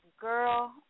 Girl